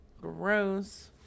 Gross